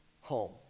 home